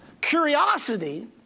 curiosity